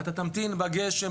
אתה תמתין בגשם,